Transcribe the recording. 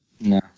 No